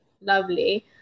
lovely